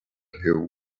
hill